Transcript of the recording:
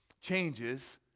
changes